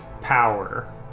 power